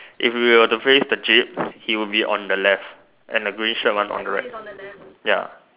if you were to face the jeep he would be on the left and the green shirt one on the right ya